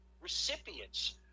recipients